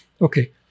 Okay